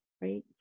right